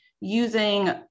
using